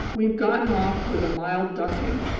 we've gotten off with a mild dunking.